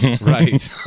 right